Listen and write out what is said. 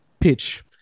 pitch